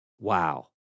Wow